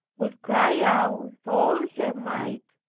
would cry out with all her might,